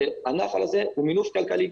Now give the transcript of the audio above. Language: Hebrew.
שהנחל הזה הוא מינוף כלכלי.